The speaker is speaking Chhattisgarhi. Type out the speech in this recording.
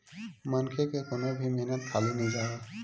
मनखे के कोनो भी मेहनत खाली नइ जावय